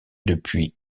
depuis